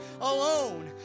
alone